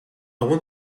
want